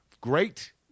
Great